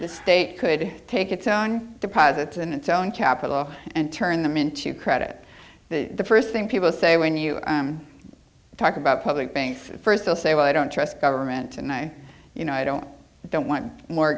the state could take its own deposits in its own capital and turn them into credit the first thing people say when you talk about public banks first they'll say well i don't trust government and i you know i don't don't want more